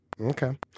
okay